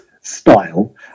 style